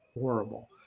horrible